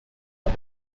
pas